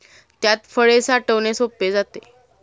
त्यात फळे साठवणे सोपे जाते